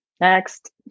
next